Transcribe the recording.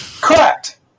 correct